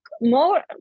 more